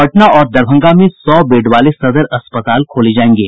पटना और दरभंगा में सौ बेड वाले सदर अस्पताल खोले जायेंगे